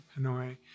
Hanoi